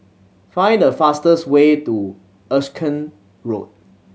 find the fastest way to Erskine Road